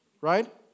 right